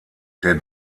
der